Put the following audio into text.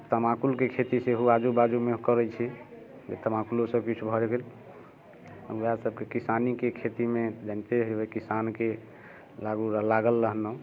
तमाकुलके खेती सेहो आजू बाजूमे करै छी जे तमाकुलोसँ किछु भऽ गेल वएह सभके किसानीके खेतीमे जनिते हेबै किसानके लागू रह लागल रहनौ